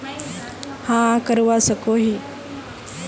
मुई कोई दूसरा बैंक से कहाको पैसा ट्रांसफर करवा सको ही कि?